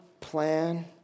plan